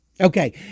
Okay